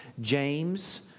James